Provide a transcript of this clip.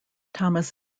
thomas